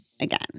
again